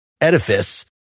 edifice